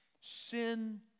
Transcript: sin